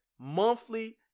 monthly